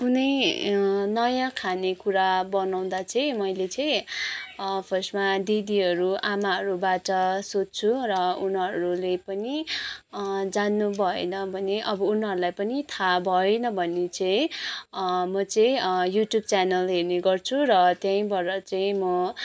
कुनै नयाँ खानेकुरा बनाउँदा चाहिँ मैले चाहिँ फर्स्टमा दिदीहरू आमाहरूबाट सोध्छु र उनीहरूले पनि जान्नु भएन भने अब उनीहरूलाई पनि थाहा भएन भने चाहिँ म चाहिँ युट्युब च्यानल हेर्ने गर्छु र त्यहीँबाट चाहिँ म